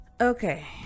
Okay